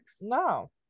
No